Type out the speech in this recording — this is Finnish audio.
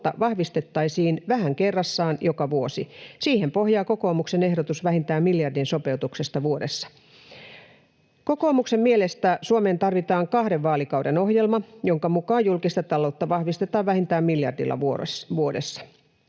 taloutta vahvistettaisiin vähän kerrassaan joka vuosi. Siihen pohjaa kokoomuksen ehdotus vähintään miljardin sopeutuksesta vuodessa. Kokoomuksen mielestä Suomeen tarvitaan kahden vaalikauden ohjelma, jonka mukaan julkista taloutta vahvistetaan vähintään miljardilla vuodessa.